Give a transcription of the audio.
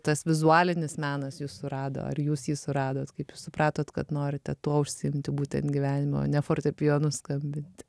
tas vizualinis menas jus surado ar jūs jį suradot kaip jūs supratot kad norite tuo užsiimti būtent gyvenime o ne fortepijonu skambint